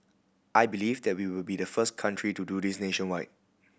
I believe that we will be the first country to do this nationwide